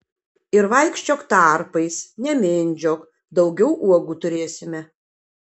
ir vaikščiok tarpais nemindžiok daugiau uogų turėsime